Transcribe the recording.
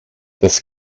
das